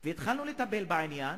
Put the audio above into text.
והתחלנו לטפל בעניין